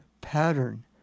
pattern